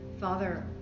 Father